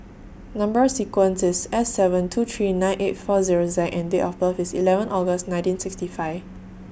Number sequence IS S seven two three nine eight four Zero Z and Date of birth IS eleven August nineteen sixty five